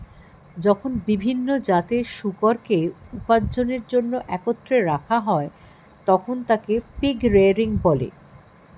যখন বিভিন্ন জাতের শূকরকে উপার্জনের জন্য একত্রে রাখা হয়, তখন তাকে পিগ রেয়ারিং বলে